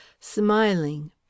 smiling